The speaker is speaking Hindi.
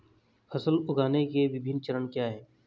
फसल उगाने के विभिन्न चरण क्या हैं?